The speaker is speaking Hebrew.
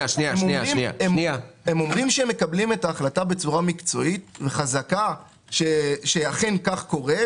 הם אומרים שהם מקבלים את ההחלטה בצורה מקצועית וחזקה שאכן כך קורה.